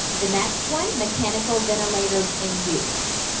the next one, mechanical ventilators in use,